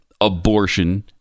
abortion